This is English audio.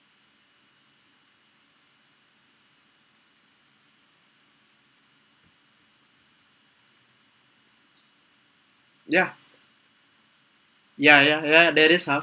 ya ya ya ya that is how